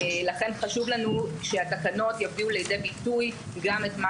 לכן חשוב לנו שהתקנות יביאו לידי ביטוי גם מה